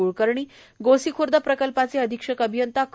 कूळकर्णी गोसी खुर्द प्रकल्पाचे अधीक्षक अभियंता ख